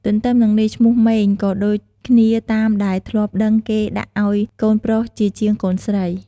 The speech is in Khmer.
ទទ្ទឹមនឹងនេះឈ្មោះម៉េង ក៏ដូចគ្នាតាមដែលធ្លាប់ដឹងគេដាក់អោយកូនប្រុសជាជាងកូនស្រី។